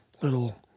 little